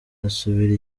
asubira